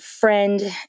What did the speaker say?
friend